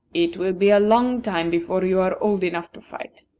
it will be a long time before you are old enough to fight,